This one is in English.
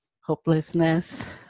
hopelessness